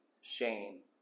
shame